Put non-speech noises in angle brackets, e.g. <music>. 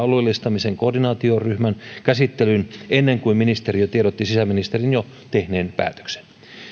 <unintelligible> alueellistamisen koordinaatioryhmän käsittelyyn ennen kuin ministeriö tiedotti sisäministerin jo tehneen päätöksen